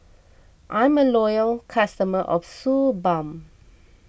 I'm a loyal customer of Suu Balm